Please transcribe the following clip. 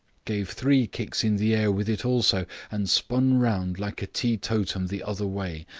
gave three kicks in the air with it also and spun round like a teetotum the other way.